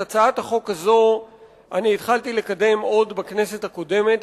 את הצעת החוק הזאת התחלתי לקדם עוד בכנסת הקודמת.